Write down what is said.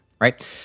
right